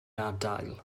gadael